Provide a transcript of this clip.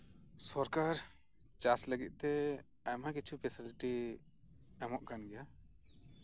ᱥᱚᱨᱠᱟᱨ ᱪᱟᱥ ᱞᱟᱹᱜᱤᱫ ᱛᱮ ᱟᱭᱢᱟ ᱠᱤᱪᱷᱩ ᱯᱷᱮᱥᱤᱞᱤᱴᱤ ᱮᱢᱚᱜ ᱠᱟᱱ ᱜᱮᱭᱟᱭ